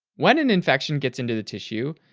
when an infection gets into the tissue,